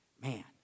man